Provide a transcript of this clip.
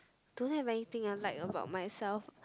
don't have anything I like about myself